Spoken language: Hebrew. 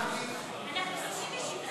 אנחנו 37,